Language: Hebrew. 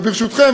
ברשותכם.